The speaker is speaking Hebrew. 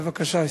בבקשה.